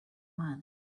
monk